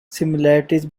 similarities